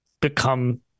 become